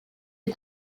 les